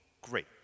great